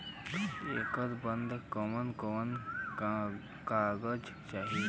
ऐकर बदे कवन कवन कागज चाही?